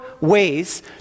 ways